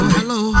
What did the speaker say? Hello